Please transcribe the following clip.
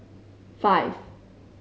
five